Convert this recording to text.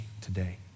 today